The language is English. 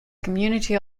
community